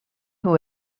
who